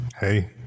Hey